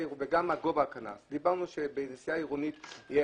וגם דיברנו על גובה הקנס: שבנסיעה עירונית יהיה